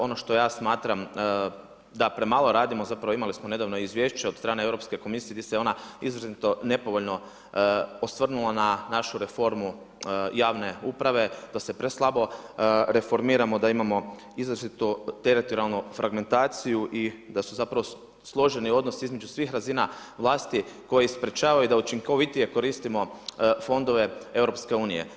Ono što ja smatram da premalo radimo, zapravo imali smo nedavno i izvješće od strane Europske komisije gdje se ona izrazito nepovoljno osvrnula na našu reformu javne uprave, da se preslabo reformiramo, da imamo izrazito teritorijalnu fragmentaciju i da su zapravo složeni odnosi između svih razina vlasti koji sprečavaju da učinkovitije koristimo fondove EU.